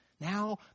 Now